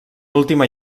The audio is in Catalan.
última